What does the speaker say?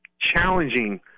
challenging